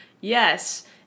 yes